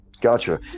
Gotcha